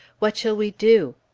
what shall we do?